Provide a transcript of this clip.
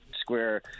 square